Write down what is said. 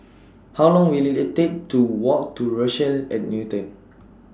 How Long Will IT IT Take to Walk to Rochelle At Newton